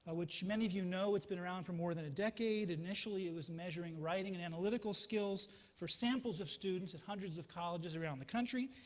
which many of you know, it's been around for more than a decade. and it was measuring writing and analytical skills for samples of students at hundreds of colleges around the country.